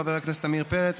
חבר הכנסת עמיר פרץ,